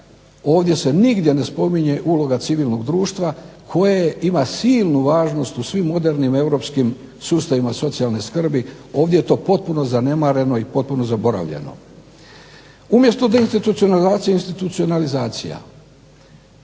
ovdje se nigdje ne spominje uloga civilnog društva koje ima silnu važnost u svim modernim europskim sustavima socijalne skrbi, ovdje je to potpuno zanemareno i potpuno zaboravljeno. Umjesto da je institucionalizacija institucionalizacija.